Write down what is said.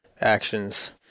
actions